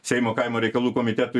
seimo kaimo reikalų komitetui